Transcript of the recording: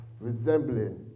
resembling